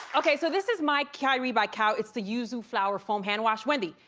okay so this is my mykirei by kao, it's the yuzu flower foam hand wash. wendy,